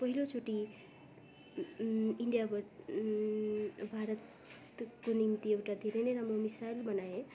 पहिलोचोटि इन्डिया भारतको निम्ति एउटा धेरै नै राम्रो मिसाइल बनाए